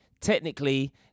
technically